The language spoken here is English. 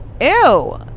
ew